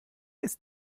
ist